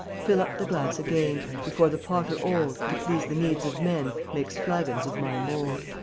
fill up the glass again before the potter old, to please the needs of men, makes flagons of my mold.